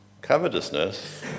Covetousness